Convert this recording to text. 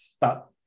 but-